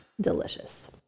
delicious